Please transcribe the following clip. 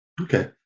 Okay